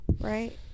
Right